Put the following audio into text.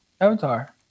Avatar